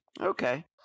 Okay